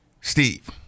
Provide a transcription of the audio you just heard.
Steve